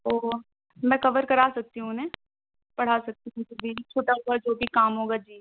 اور میں کور کرا سکتی ہوں انہیں پڑھا سکتی ہوں جی جی چھٹا ہوا جو بھی کام ہوگا جی